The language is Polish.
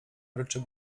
ryczy